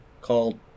called